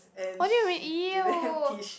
what do you mean !ew!